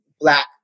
black